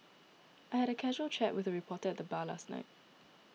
I had a casual chat with a reporter at the bar last night